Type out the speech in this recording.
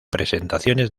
presentaciones